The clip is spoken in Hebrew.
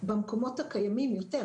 במקומות הקיימים יותר,